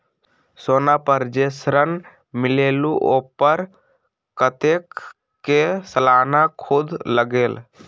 सोना पर जे ऋन मिलेलु ओपर कतेक के सालाना सुद लगेल?